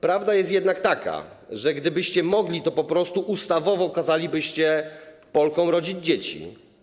Prawda jest jednak taka, że gdybyście mogli, to po prostu ustawowo kazalibyście Polkom rodzić dzieci.